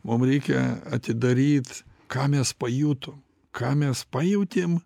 mum reikia atidaryt ką mes pajutom ką mes pajautėm